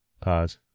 pause